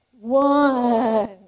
One